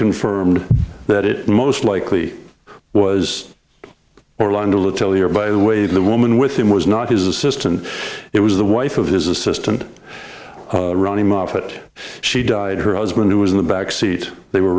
confirmed that it most likely was under the tele or by the way the woman with him was not his assistant it was the wife of his assistant ronny moffet she died her husband who was in the backseat they were